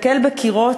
להיתקל בקירות,